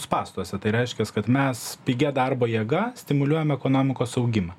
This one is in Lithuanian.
spąstuose tai reiškias kad mes pigia darbo jėga stimuliuojam ekonomikos augimą